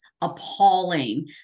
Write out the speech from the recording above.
appalling